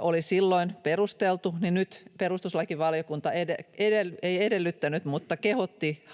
oli silloin aiemmin perusteltu, niin nyt perustuslakivaliokunta ei edellyttänyt mutta kehotti